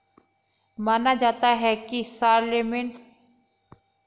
माना जाता है कि शारलेमेन ने अंगूर की खेती को रिंगौ में लाया था